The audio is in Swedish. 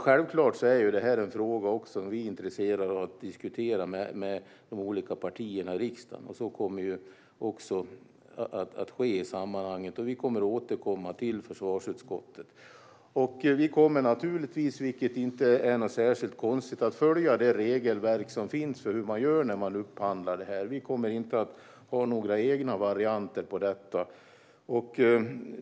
Självklart är det här en fråga som vi är intresserade av att diskutera med de olika partierna i riksdagen. Så kommer också att ske, och vi kommer att återkomma till försvarsutskottet. Vi kommer naturligtvis, vilket inte är något särskilt konstigt, att följa det regelverk som finns för hur man gör när man upphandlar det här. Vi kommer inte att ha några egna varianter på detta.